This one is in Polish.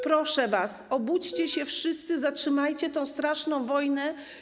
Proszę was, obudźcie się wszyscy, zatrzymajcie tę straszną wojnę.